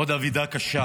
עוד אבדה קשה